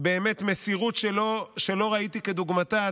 באמת מסירות שלא ראיתי כדוגמתה.